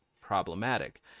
problematic